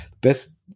best